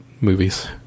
movies